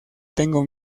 tengo